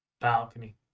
Balcony